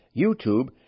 YouTube